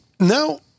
Now